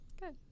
Good